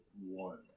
One